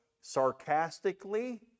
sarcastically